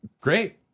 Great